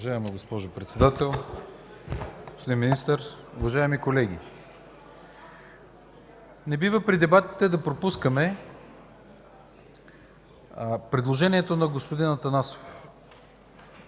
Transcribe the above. Уважаема госпожо Председател, господин Министър, уважаеми колеги! Не бива при дебатите да пропускаме предложението на господин Атанасов,